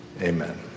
amen